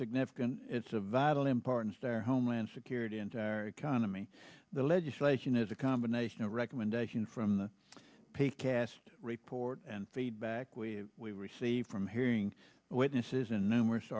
significant it's a vital importance their homeland security and our economy the legislation is a combination of recommendation from the peak cast report and feedback we receive from hearing witnesses in numerous